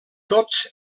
tots